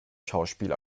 schauspiel